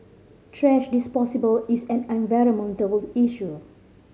is an environmental issue